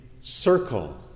circle